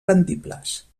rendibles